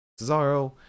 Cesaro